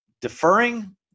deferring